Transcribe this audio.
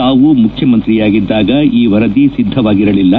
ತಾವು ಮುಖ್ಯಮಂತ್ರಿ ಆಗಿದ್ದಾಗ ಈ ವರದಿ ಸಿದ್ದವಾಗಿರಲಿಲ್ಲ